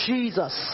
Jesus